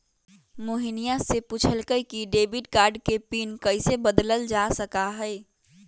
मोहिनीया ने पूछल कई कि डेबिट कार्ड के पिन कैसे बदल्ल जा सका हई?